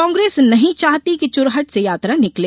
कांग्रेस नही चाहती की चुरहट से यात्रा निकले